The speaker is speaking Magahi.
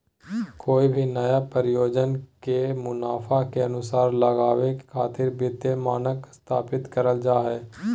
कोय भी नया परियोजना के मुनाफा के अनुमान लगावे खातिर वित्तीय मानक स्थापित करल जा हय